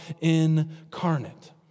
incarnate